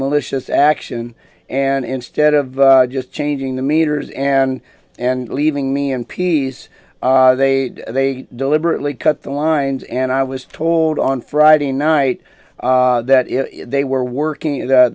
malicious action and instead of just changing the meters and and leaving me in peace they they deliberately cut the lines and i was told on friday night that they were working at